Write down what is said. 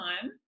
time